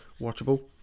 watchable